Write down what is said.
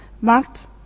marked